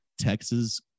Texas